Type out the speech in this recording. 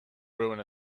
ruin